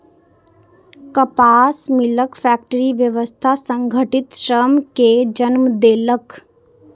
कपास मिलक फैक्टरी व्यवस्था संगठित श्रम कें जन्म देलक